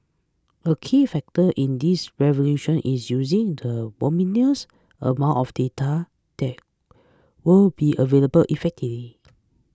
a key factor in this evolution is using the voluminous amount of data that will be available effectively